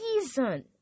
season